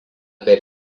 per